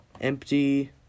empty